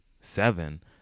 seven